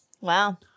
Wow